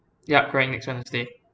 yup correct next wednesday